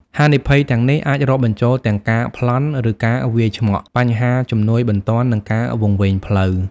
ហានិភ័យទាំងនេះអាចរាប់បញ្ចូលទាំង ការប្លន់ ឬការវាយឆ្មក់ បញ្ហាជំនួយបន្ទាន់ និងការវង្វេងផ្លូវ។